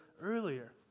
earlier